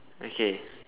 okay